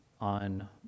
on